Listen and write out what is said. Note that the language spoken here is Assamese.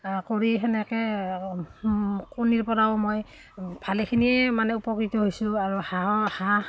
কৰি সেনেকৈ কণীৰপৰাও মই ভালেখিনিয়ে মানে উপকৃত হৈছোঁ আৰু হাঁহৰ হাঁহ